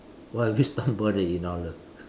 what have you stumbled that you now love